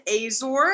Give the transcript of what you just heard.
azor